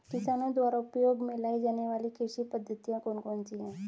किसानों द्वारा उपयोग में लाई जाने वाली कृषि पद्धतियाँ कौन कौन सी हैं?